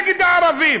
נגד הערבים.